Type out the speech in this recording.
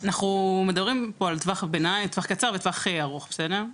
אנחנו מדברים פה על טווח קצר וטווח ארוך, בסדר?